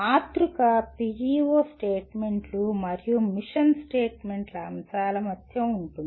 మాతృక PEO స్టేట్మెంట్లు మరియు మిషన్ స్టేట్మెంట్ల అంశాల మధ్య ఉంటుంది